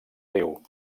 riu